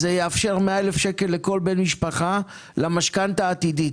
אז זה יאפשר 100,000 לכל בן משפחה למשכנתא העתידית,